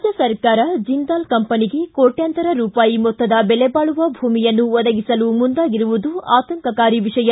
ರಾಜ್ಯ ಸರಕಾರ ಜಿಂದಾಲ್ ಕಂಪನಿಗೆ ಕೋಟ್ಟಂತರ ರೂಪಾಯಿ ಮೊತ್ತ ಬೆಲೆಬಾಳುವ ಭೂಮಿಯನ್ನು ಒದಗಿಸಲು ಮುಂದಾಗಿರುವುದು ಆತಂಕಕಾರಿ ವಿಷಯ